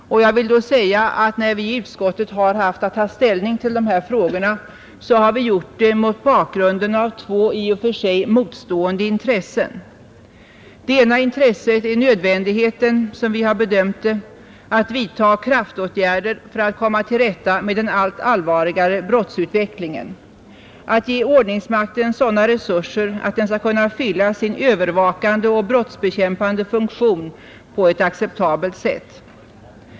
När vi i utskottet har haft att ta ställning till dessa frågor har vi gjort det mot bakgrunden av två i och för sig motstående intressen. Det ena intresset är nödvändigheten, som vi har bedömt det, att vidta kraftåtgärder för att komma till rätta med den allt allvarligare brottsutvecklingen, att ge ordningsmakten sådana resurser att den skall kunna fylla sin övervakande och brottsbekämpande funktion på ett acceptabelt sätt.